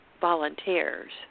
Volunteers